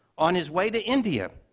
on his way to india,